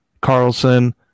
Carlson